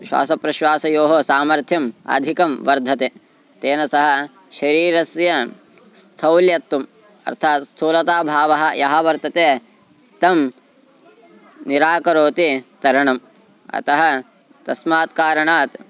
श्वासप्रश्वासयोः सामर्थ्यम् अधिकं वर्धते तेन सह शरीरस्य स्थौल्यम् अर्थात् स्थूलभावः यः वर्तते तं निराकरोति तरणम् अतः तस्मात् कारणात्